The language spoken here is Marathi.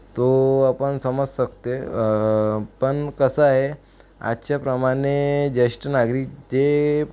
तो अपन समज सकते पण कसं आहे आजच्याप्रमाणे ज्येष्ठ नागरिक जे